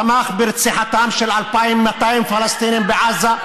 תמך ברציחתם של 2,200 פלסטינים בעזה,